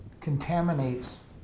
contaminates